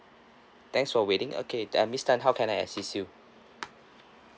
thanks for waiting okay uh miss tan how can I assist you